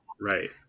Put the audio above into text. right